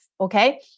okay